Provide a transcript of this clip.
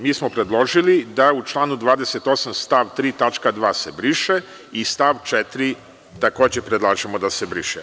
Mi smo predložili da u članu 28. stav 3. tačka 2. se briše i stav 4. takođe predlažemo da se briše.